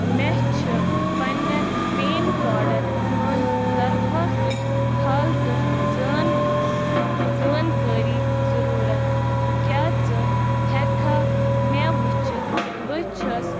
مےٚ چھِ پَنٕنٮ۪ن پین کارڈَن ہٕنٛز درخواستٕچ حالتہٕ زٲن زٲنۍکٲری ضروٗرَت کیٛاہ ژٕ ہٮ۪کٕکھا مےٚ وُچھِتھ بہٕ چھَس